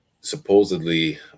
supposedly